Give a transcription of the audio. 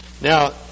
Now